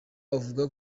avuga